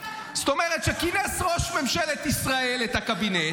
זאת אומרת, שכינס ראש ממשלת ישראל את הקבינט,